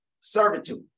servitude